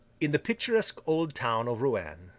in the picturesque old town of rouen,